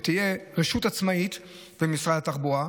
שתהיה רשות עצמאית במשרד התחבורה,